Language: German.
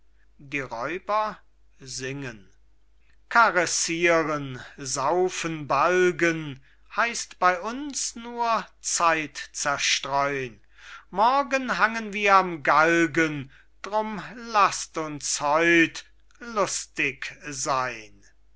die räuber singen stehlen morden huren balgen heißt bey uns nur die zeit zerstreu'n morgen hangen wir am galgen drum laßt uns heute lustig seyn